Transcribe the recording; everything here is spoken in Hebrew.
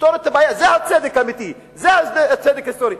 לפתור את הבעיה, זה הצדק האמיתי, זה צדק היסטורי.